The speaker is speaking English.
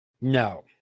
No